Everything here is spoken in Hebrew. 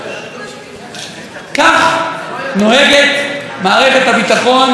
כך נוהגת מערכת הביטחון,